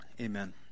Amen